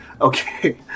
Okay